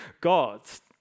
gods